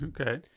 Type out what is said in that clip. Okay